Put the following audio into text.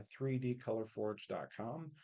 3dcolorforge.com